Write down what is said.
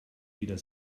wieder